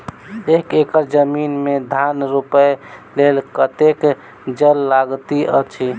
एक एकड़ जमीन मे धान रोपय लेल कतेक जल लागति अछि?